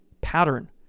pattern